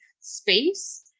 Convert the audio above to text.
space